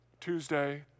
Tuesday